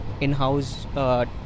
in-house